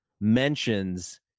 mentions